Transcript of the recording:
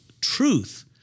truth